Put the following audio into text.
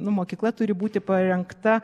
nu mokykla turi būti parengta